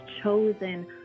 chosen